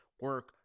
Work